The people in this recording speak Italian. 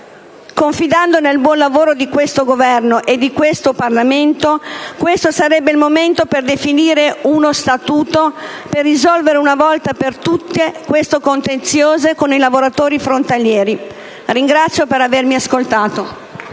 Confidando nel buon lavoro di questo Governo e di questo Parlamento, questo sarebbe il momento per definire uno statuto per risolvere una volta per tutte tale contenzioso con i lavoratori frontalieri. Vi ringrazio per avermi ascoltato.